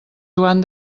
joan